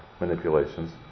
manipulations